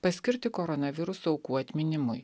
paskirti koronaviruso aukų atminimui